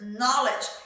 knowledge